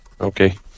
Okay